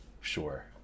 Sure